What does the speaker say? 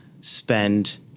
spend